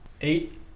eight